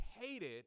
hated